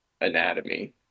anatomy